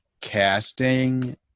casting